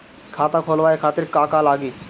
खाता खोलवाए खातिर का का लागी?